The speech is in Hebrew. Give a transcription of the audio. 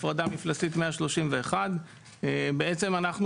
את ההפרדה המפלסית 131. בעצם אנחנו